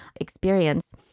experience